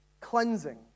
cleansing